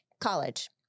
College